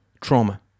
trauma